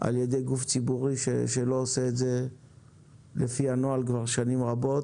על ידי גוף ציבורי שלא עושה את זה לפי הנוהל כבר שנים רבות,